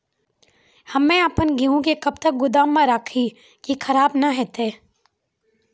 हम्मे आपन गेहूँ के कब तक गोदाम मे राखी कि खराब न हते?